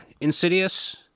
Insidious